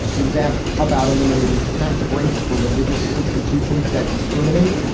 he was asked about eliminating tax breaks for religious institutions that discriminate.